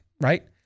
right